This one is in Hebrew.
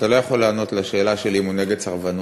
אתה לא יכול לענות לשאלה שלי אם הוא נגד סרבנות.